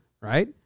right